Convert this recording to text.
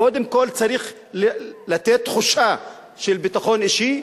קודם כול צריך לתת תחושה של ביטחון אישי,